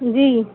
جی